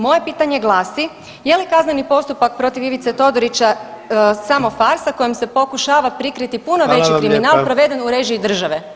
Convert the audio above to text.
Moje pitanje glasi, je li kazneni postupak protiv Ivice Todorića samo farsa kojom se pokušava prikriti puno veći kriminal proveden u režiji države?